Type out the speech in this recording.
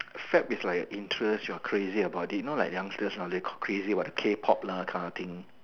fad is like a interest you're crazy about it you know like youngsters nowadays got crazy about the K pop lah kind of thing